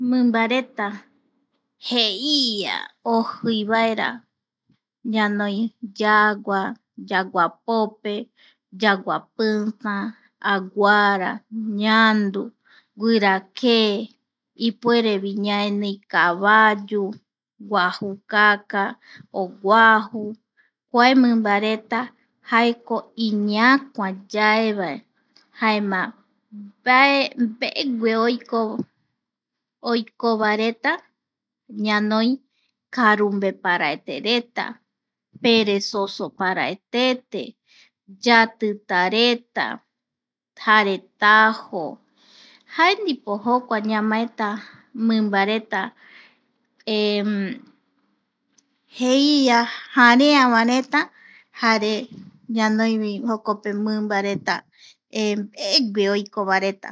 Mimba reta (pausa) jeia ojii vaera, ñanoi yagua, yaguapope, yaguapita, aguara, ñandu, guirake, ipuerevi ñaenii kavayu guajukaka, o guaju. kua mimba reta jaeko iñakua yae vae jaema mbae mbeeegue (pausa) oikova reta ñanoi karumbe paraetereta, peresosoparaetete, yatitareta, jare tajo jae ndipo jokua ñamaeta mimbareta jeia jarea va reta, jare ñanoivi jokope mimba reta mbegue oiko vareta.